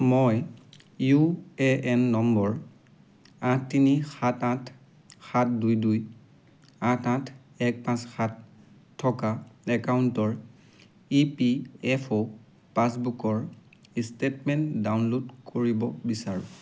মই U A N number আঠ তিনি সাত আঠ সাত দুই দুই আঠ আঠ এক পাঁচ সাত থকা একাউণ্টৰ ই পি এফ অ' পাছবুকৰ ষ্টেটমেণ্ট ডাউনলোড কৰিব বিচাৰোঁ